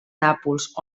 nàpols